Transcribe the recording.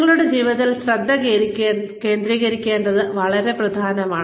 നിങ്ങളുടെ ജീവിതത്തിൽ ശ്രദ്ധ കേന്ദ്രീകരിക്കേണ്ടത് വളരെ പ്രധാനമാണ്